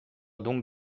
donc